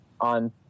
on